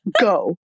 go